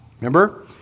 Remember